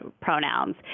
pronouns